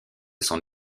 son